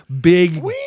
Big